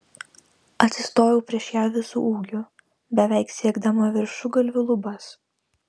atsistojau prieš ją visu ūgiu beveik siekdama viršugalviu lubas